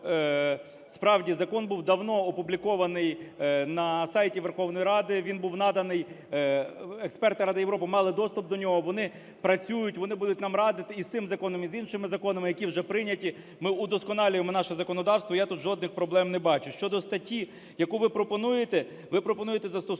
справді, закон був давно опублікований на сайті Верховної Ради, він був наданий… експерти Ради Європи мали доступ до нього. Вони працюють, вони будуть нам радити і з цим законом, і з іншими законами, які вже прийняті, ми удосконалюємо наше законодавство, я тут жодних проблем не бачу. Щодо статті, яку ви пропонуєте. Ви пропонуєте застосувати